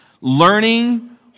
learning